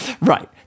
Right